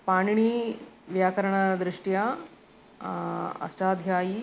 पाणिनी व्याकरणदृष्ट्या अष्टाध्यायी